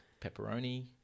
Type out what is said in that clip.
pepperoni